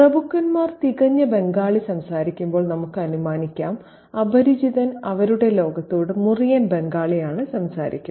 പ്രഭുക്കന്മാർ തികഞ്ഞ ബംഗാളി സംസാരിക്കുമ്പോൾ നമുക്ക് അനുമാനിക്കാം അപരിചിതൻ അവരുടെ ലോകത്തോട് മുറിയൻ ബംഗാളിയാണ് സംസാരിക്കുന്നത്